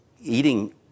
eating